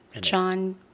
John